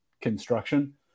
construction